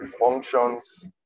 functions